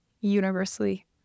universally